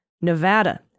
Nevada